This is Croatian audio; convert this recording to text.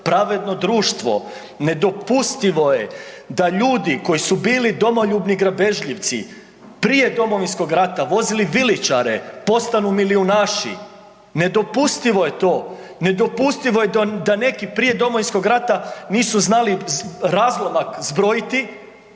pravedno društvo, nedopustivo je da ljudi koji su bili domoljubni grabežljivci prije Domovinskog rata, vozili viličare postanu milijunaši, nedopustivo je to, nedopustivo je da neki prije Domovinskog rata nisu znali razlomak zbrojiti,